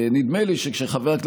הרפואי.)